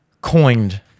coined